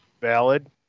valid